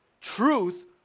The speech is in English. truth